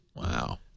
Wow